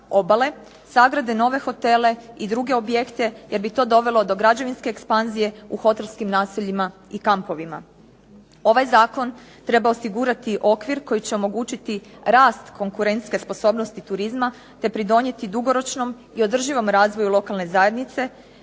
obale, sagrade nove hotele i druge objekte jer bi to dovelo do građevinske ekspanzije u hotelskim naseljima i kampovima. Ovaj zakon treba osigurati okvir koji će omogućiti rast konkurentske sposobnosti turizma te pridonijeti i održivom razvoju lokalne zajednice,